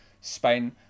Spain